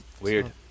Weird